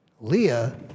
Leah